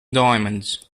diamonds